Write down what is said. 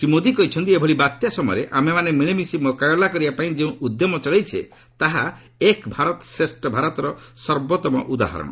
ଶ୍ରୀ ମୋଦି କହିଛନ୍ତି ଏଭଳି ବାତ୍ୟା ସମୟରେ ଆମେମାନେ ମିଳିମିଶି ମୁକାବିଲା କରିବାପାଇଁ ଯେଉଁ ଉଦ୍ୟମ ଚଳାଇଛନ୍ତି ତାହା ଏକ ଭାରତ ଶ୍ରେଷ୍ଠ ଭାରତର ସଣର୍ବାଉମ ଉଦାହରଣ